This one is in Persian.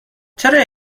چرا